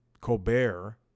Colbert